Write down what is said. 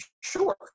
Sure